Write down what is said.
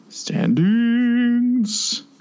Standings